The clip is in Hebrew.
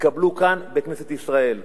יתקבלו כאן, בכנסת ישראל.